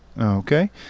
Okay